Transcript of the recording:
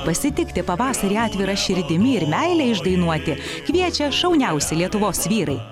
pasitikti pavasarį atvira širdimi ir meilę išdainuoti kviečia šauniausi lietuvos vyrai